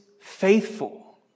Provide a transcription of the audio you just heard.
faithful